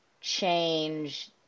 change